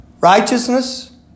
Righteousness